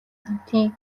хамтын